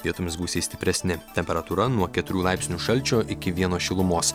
vietomis gūsiai stipresni temperatūra nuo keturių laipsnių šalčio iki vieno šilumos